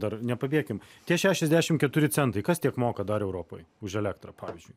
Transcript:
dar nepadėkim ties šešiasdešim keturi centai kas tiek moka dar europoj už elektrą pavyzdžiui